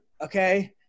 okay